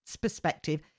perspective